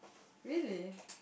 really